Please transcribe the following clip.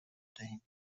دهیم